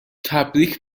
تبریک